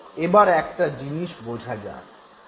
এবার একটা জিনিস বোঝা যাক